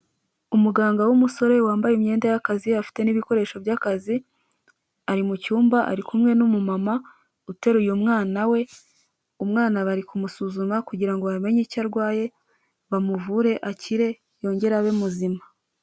Umuganga w'umusore wambaye imyenda y'akazi afite n'ibikoresho by'akazi, ari mu cyumba, ari kumwe n'umumama uteruye umwana we, umwana bari kumusuzuma kugira ngo bamenye icyo arwaye, bamuvure akire yongere abe muzima.